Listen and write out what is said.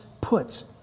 puts